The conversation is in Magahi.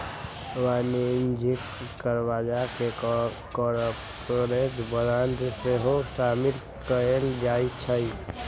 वाणिज्यिक करजा में कॉरपोरेट बॉन्ड सेहो सामिल कएल जाइ छइ